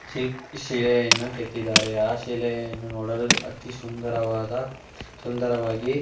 ಶಿಲ್ಪ ಶಿಲೆಯನ್ನು ಕೆತ್ತಿದ್ದಾರೆ ಆ ಶಿಲೆಯನ್ನು ನೋಡಲು ಅತಿ ಸುಂದರವಾದ ಸುಂದರವಾಗಿ